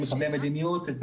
קובעי המדיניות,